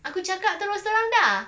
aku cakap terus terang dah